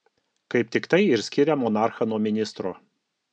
kaip tik tai ir skiria monarchą nuo ministro